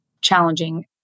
challenging